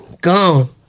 Gone